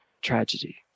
tragedy